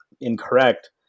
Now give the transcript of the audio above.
incorrect